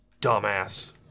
dumbass